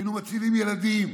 היינו מצילים ילדים,